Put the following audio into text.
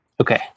Okay